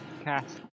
cast